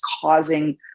causing